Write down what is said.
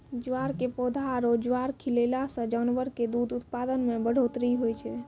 ज्वार के पौधा आरो ज्वार खिलैला सॅ जानवर के दूध उत्पादन मॅ बढ़ोतरी होय छै